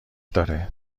داره